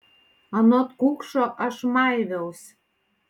anot kukšo aš maiviaus